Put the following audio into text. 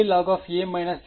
alog a